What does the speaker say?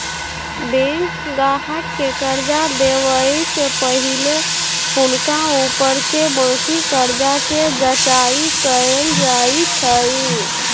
bank गाहक के कर्जा देबऐ से पहिले हुनका ऊपरके बाकी कर्जा के जचाइं कएल जाइ छइ